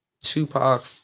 Tupac